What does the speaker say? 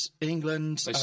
England